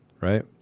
right